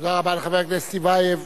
תודה רבה לחבר הכנסת טיבייב.